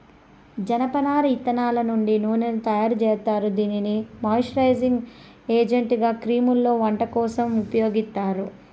జనపనార ఇత్తనాల నుండి నూనెను తయారు జేత్తారు, దీనిని మాయిశ్చరైజింగ్ ఏజెంట్గా క్రీమ్లలో, వంట కోసం ఉపయోగిత్తారు